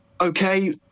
okay